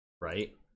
Right